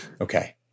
Okay